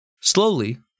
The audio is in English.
Slowly